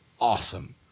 awesome